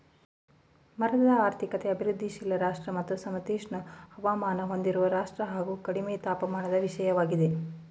ಮರದ ಆರ್ಥಿಕತೆ ಅಭಿವೃದ್ಧಿಶೀಲ ರಾಷ್ಟ್ರ ಮತ್ತು ಸಮಶೀತೋಷ್ಣ ಹವಾಮಾನ ಹೊಂದಿರುವ ರಾಷ್ಟ್ರ ಹಾಗು ಕಡಿಮೆ ತಾಪಮಾನದ ವಿಷಯವಾಗಿದೆ